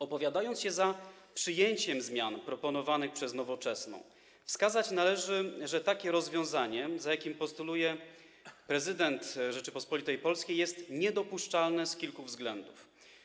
Opowiadając się za przyjęciem zmian proponowanych przez Nowoczesną, wskazać należy, że takie rozwiązanie, jakie postuluje prezydent Rzeczypospolitej Polskiej, jest niedopuszczalne z kilku względów.